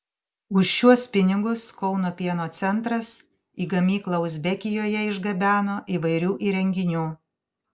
už šiuos pinigus kauno pieno centras į gamyklą uzbekijoje išgabeno įvairių įrenginių